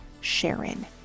Sharon